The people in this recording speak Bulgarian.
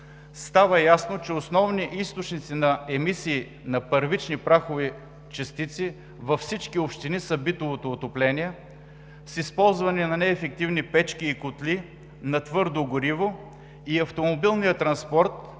става ясно, че основни източници на емисии на първични прахови частици във всички общини са битовото отопление с използването на неефективни печки и котли на твърдо гориво и автомобилният транспорт,